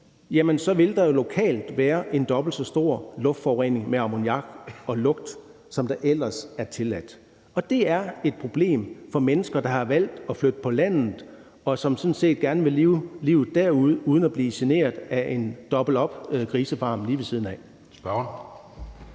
– vil der jo lokalt være en dobbelt så stor luftforurening med ammoniak og lugt, som der ellers er tilladt. Og det er et problem for mennesker, der har valgt at flytte på landet, og som sådan set gerne vil leve livet derude uden at blive generet af en dobbelt grisefarm lige ved siden af.